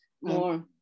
more